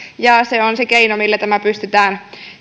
ja se on se keino millä tämä pystytään